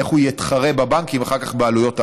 איך הוא יתחרה בבנקים אחר כך בעלויות האשראי?